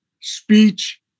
speech